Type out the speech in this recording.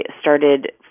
started